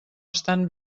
estan